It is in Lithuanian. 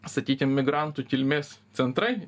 sakykim migrantų kilmės centrai